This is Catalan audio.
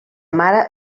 mare